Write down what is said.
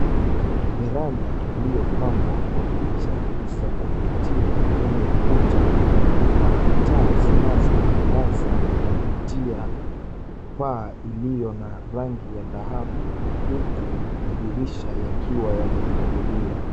Varanda iliyopambwa kwa picha za kuvutia kwenye ukuta na taa zinazo angaza kupitia paa iliyo na rangi ya dhahabu huku madirisha yakiwa yamefunguliwa.